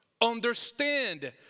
understand